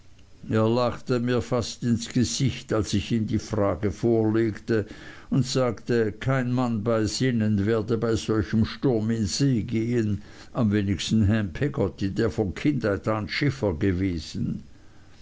lachte mir fast ins gesicht als ich ihm die frage vorlegte und sagte kein mann bei sinnen werde bei solchem sturm in see gehen am wenigsten ham peggotty der von kindheit an schiffer gewesen